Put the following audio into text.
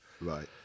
right